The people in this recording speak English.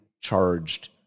charged